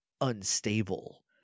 unstable